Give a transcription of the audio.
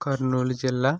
కర్నూలు జిల్లా